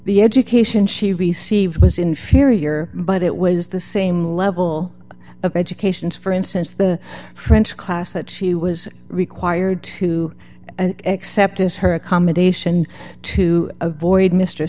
the education she received was inferior but it was the same level of education as for instance the french class that she was required to accept as her accommodation to avoid mr